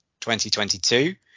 2022